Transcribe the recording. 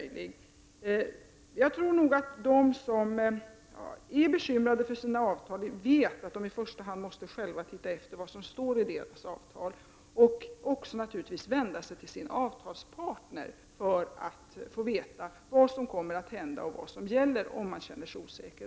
Jag tror att de som är bekymrade över sina avtal vet att de själva i första hand måste se vad som står i avtalen och, om de känner sig osäkra, vända sig till sin avtalspartner för att få veta vad som kommer att hända och vad som gäller.